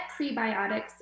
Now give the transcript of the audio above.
prebiotics